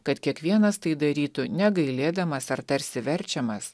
kad kiekvienas tai darytų negailėdamas ar tarsi verčiamas